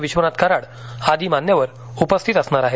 विश्वनाथ कराड आदी मान्यवर उपस्थित असणार आहेत